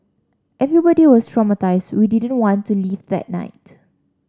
everybody was traumatised we didn't want to leave that night